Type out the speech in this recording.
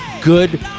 good